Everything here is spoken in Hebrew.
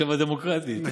עכשיו הדמוקרטית.